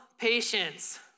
patience